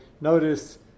notice